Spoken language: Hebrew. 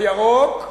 הירוק,